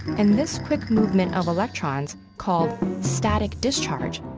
and this quick movement of electrons, called static discharge,